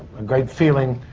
a great feeling.